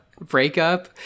breakup